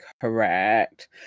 correct